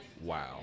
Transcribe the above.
wow